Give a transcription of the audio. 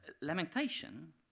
Lamentation